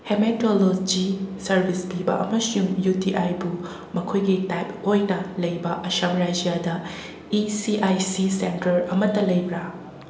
haematology service ꯄꯤꯕ ꯑꯃꯁꯨꯡ U T ꯑꯥꯏꯕꯨ ꯃꯈꯣꯏꯒꯤ ꯇꯥꯏꯞ ꯑꯣꯏꯅ ꯂꯩꯕ ꯑꯁꯥꯝ ꯔꯥꯏꯖ꯭ꯌꯗ E C I C centre ꯑꯃꯇ ꯂꯩꯕ꯭ꯔꯥ